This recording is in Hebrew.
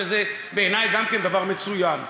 שזה בעיני גם דבר מצוין.